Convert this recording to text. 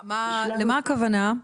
מה הכוונה?